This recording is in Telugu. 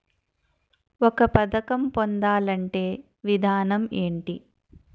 ఒక పథకం పొందాలంటే విధానం ఏంటి?